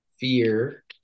fear